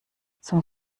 zum